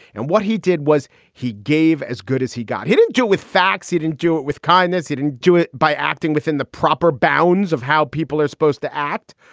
and what he did was he gave as good as he got. he didn't deal with facts. he didn't do it with kindness. he didn't do it by acting within the proper bounds of how people are supposed to act.